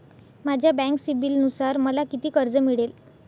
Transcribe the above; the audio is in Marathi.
माझ्या बँक सिबिलनुसार मला किती कर्ज मिळेल?